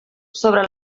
sobre